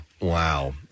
Wow